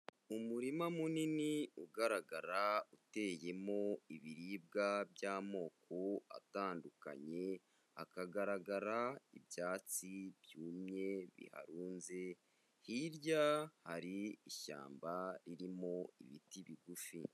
Umurima munini ugaragara uteyemo ibiribwa by'amoko atandukanye, hakagaragara ibyatsi byumye birunze, hirya hari ishyamba ririmo ibiti bigufi.